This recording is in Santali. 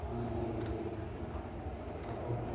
ᱚᱱᱟ ᱤᱫᱤᱛᱮ ᱟᱵᱚ